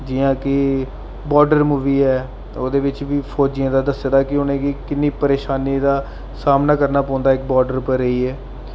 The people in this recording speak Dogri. जि'यां के बार्डर मूवी ऐ ओह्दे बिच बी फौजियां दा दस्से दा ऐ कि उ'नें गी किन्नी परेशानी दा सामना करना पौंदा इक बार्डर उप्पर रेहियै